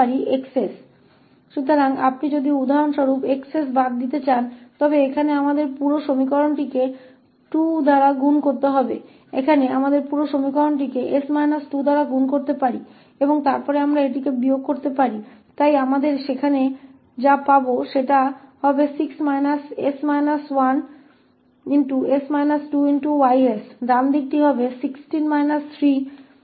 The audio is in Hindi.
तो इन समीकरणों के होने और उदाहरण के लिए यदि आप 𝑋𝑠 को खत्म करना चाहते हैं तो यहां हमें पूरे समीकरण को 2 से गुणा करना होगा यहां हमें पूरे समीकरण को 𝑠 2 से गुणा करना होगा और फिर हम इसे घटा सकते हैं तो हमें वहां क्या मिलेगा हमारे पास 6 − 𝑠 − 1𝑠 − 2𝑌𝑠 होगा